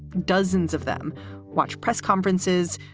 dozens of them watch press conferences,